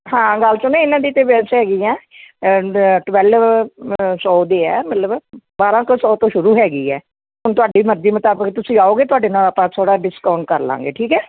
ਹਾਂ ਗੱਲ ਸੁਣ ਇਹਨਾਂ ਦੀ ਤਾਂ ਵੈਸੇ ਹੈਗੀ ਹੈ ਟਵੈਲਵ ਸੌ ਦੀ ਹੈ ਮਤਲਬ ਬਾਰ੍ਹਾਂ ਕੁ ਸੌ ਤੋਂ ਸ਼ੁਰੂ ਹੈਗੀ ਹੈ ਹੁਣ ਤੁਹਾਡੀ ਮਰਜ਼ੀ ਮੁਤਾਬਕ ਤੁਸੀਂ ਆਓਗੇ ਤੁਹਾਡੇ ਨਾਲ ਆਪਾਂ ਥੋੜ੍ਹਾ ਡਿਸਕਾਊਂਟ ਕਰ ਲਵਾਂਗੇ ਠੀਕ ਹੈ